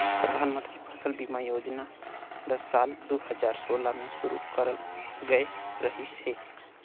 परधानमंतरी फसल बीमा योजना ल साल दू हजार सोला में शुरू करल गये रहीस हे